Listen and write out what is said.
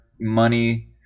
money